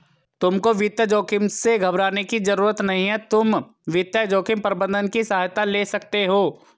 तुमको वित्तीय जोखिम से घबराने की जरूरत नहीं है, तुम वित्तीय जोखिम प्रबंधन की सहायता ले सकते हो